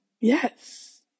Yes